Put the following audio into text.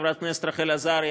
חברת הכנסת רחל עזריה,